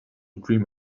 dream